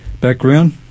background